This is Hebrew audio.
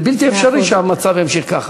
זה בלתי אפשרי שהמצב יימשך ככה.